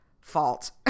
fault